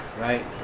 Right